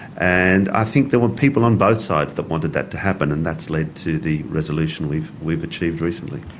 and i think there were people on both sides that wanted that to happen, and that's led to the resolution we've we've achieved recently.